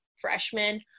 freshman